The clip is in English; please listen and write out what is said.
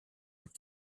jerk